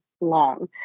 long